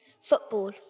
Football